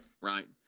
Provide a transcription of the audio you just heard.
Right